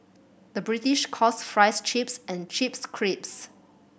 the British calls fries chips and chips crisps